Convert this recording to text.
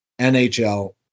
NHL